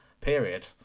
period